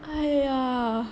!aiya!